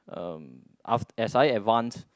um af~ as I advance